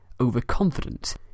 overconfident